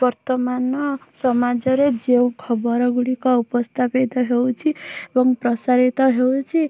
ବର୍ତ୍ତମାନ ସମାଜରେ ଯେଉଁ ଖବର ଗୁଡ଼ିକ ଉପସ୍ଥାପିତ ହେଉଛି ଏବଂ ପ୍ରସାରିତ ହେଉଛି